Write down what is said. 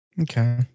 Okay